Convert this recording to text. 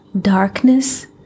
darkness